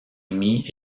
jamie